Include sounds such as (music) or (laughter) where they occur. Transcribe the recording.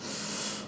(breath)